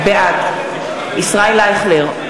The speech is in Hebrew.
בעד ישראל אייכלר,